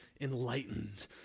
enlightened